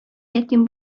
ятим